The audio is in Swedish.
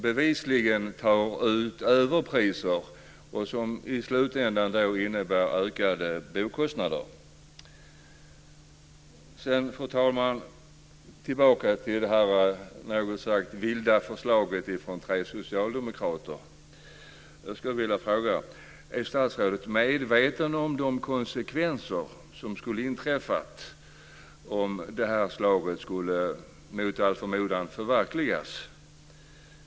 Jag går tillbaka till det något vilda förslaget från tre socialdemokrater. Är statsrådet medveten om de konsekvenser som skulle inträffa om det här förslaget mot all förmodan skulle förverkligas?